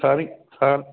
ਸਾਰੀ ਹਾਂ